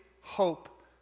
hope